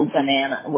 Banana